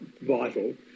vital